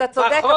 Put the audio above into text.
אתה צודק,